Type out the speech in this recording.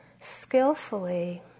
skillfully